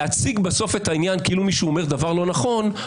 להציג בסוף את העניין כאילו מישהו אומר דבר לא נכון,